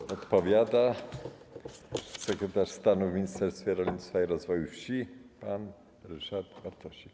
Odpowiada sekretarz stanu w Ministerstwie Rolnictwa i Rozwoju Wsi pan Ryszard Bartosik.